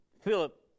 Philip